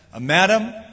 Madam